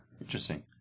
interesting